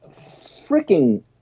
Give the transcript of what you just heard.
freaking